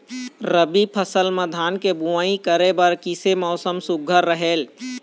रबी फसल म धान के बुनई करे बर किसे मौसम सुघ्घर रहेल?